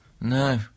No